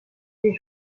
des